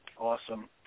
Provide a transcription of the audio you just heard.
Awesome